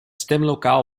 stemlokaal